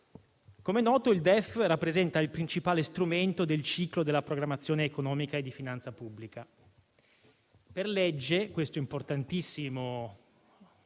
Com'è noto, il DEF rappresenta il principale strumento del ciclo della programmazione economica e di finanza pubblica. Per legge, questo importantissimo